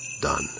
done